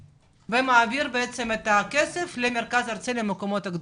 ומעביר את הכסף למרכז הארצי למקומות קדושים.